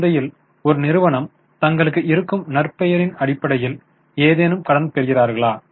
சந்தையில் ஒரு நிறுவனம் தங்களுக்கு இருக்கும் நற்பெயரின் அடிப்படையில் ஏதேனும் கடன் பெறுகிறார்களா